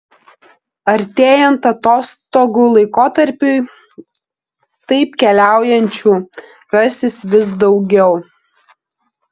artėjant atostogų laikotarpiui taip keliaujančių rasis vis daugiau